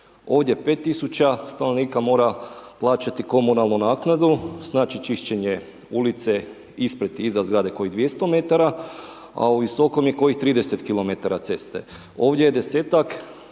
Ovdje 5.000 stanovnika mora plaćati komunalnu naknadu, znači čišćenje ulice ispred, iza zgrade kojih 200 m, a u Visokom je kojih 30 km ceste. Ovdje je 10-tak